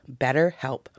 BetterHelp